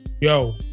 Yo